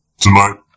Tonight